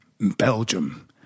Belgium